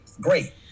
Great